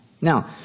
Now